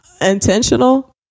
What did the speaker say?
Intentional